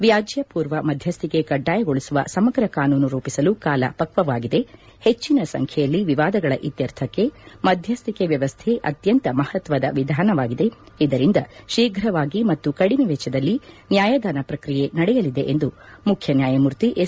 ವ್ಲಾಜ್ಞರ್ವರ್ವ ಮಧ್ಯಸ್ಥಿಕೆ ಕಡ್ಡಾಯಗೊಳಿಸುವ ಸಮಗ್ರ ಕಾನೂನು ರೂಪಿಸಲು ಕಾಲ ಪಕ್ಷವಾಗಿದೆ ಹೆಚ್ಚಿನ ಸಂಖ್ಯೆಯಲ್ಲಿ ವಿವಾದಗಳ ಇತ್ಯರ್ಥಕ್ಕೆ ಮಧ್ಯಸ್ಥಿಕೆ ವ್ಯವಸ್ಥೆ ಅತ್ಯಂತ ಮಹತ್ವದ ವಿಧಾನವಾಗಿದೆ ಇದರಿಂದ ಶೀಘವಾಗಿ ಮತ್ತು ಕಡಿಮೆ ವೆಚ್ಚದಲ್ಲಿ ನ್ಯಾಯದಾನ ಪ್ರಕ್ರಿಯೆ ನಡೆಯಲಿದೆ ಎಂದು ಮುಖ್ಯನ್ಯಾಯಮೂರ್ತಿ ಎಸ್